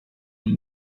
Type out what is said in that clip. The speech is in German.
und